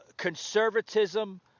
conservatism